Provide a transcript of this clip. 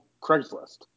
Craigslist